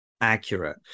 accurate